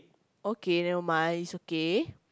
okay nevermind it's okay